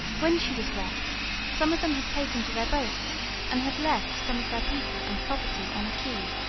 when she was wrecked some of them had taken to their boats and had left some of their people and property on a key,